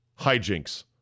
hijinks